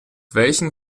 welchen